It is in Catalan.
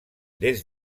des